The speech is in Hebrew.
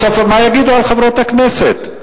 בסוף מה יגידו על חברות הכנסת?